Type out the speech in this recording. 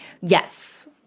yes